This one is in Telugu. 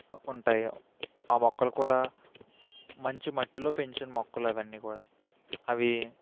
ఉంటాయి ఆ మొక్కలు కూడా మంచి మట్టిలో పెంచిన మొక్కలు అవన్నీ కూడా అవి